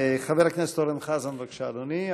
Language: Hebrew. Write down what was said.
חבר הכנסת אורן חזן, בבקשה, אדוני.